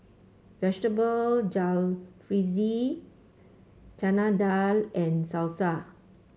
Vegetable Jalfrezi Chana Dal and Salsa